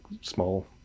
small